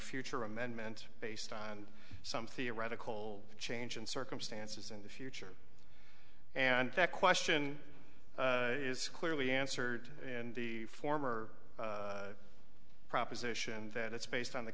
future amendment based on some theoretical change in circumstances in the future and that question is clearly answered in the former proposition that it's based on the